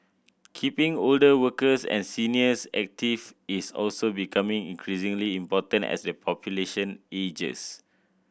keeping older workers and seniors active is also becoming increasingly important as the population ages